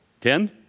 Ten